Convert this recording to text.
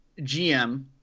GM